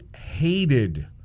hated